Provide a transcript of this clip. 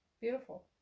Beautiful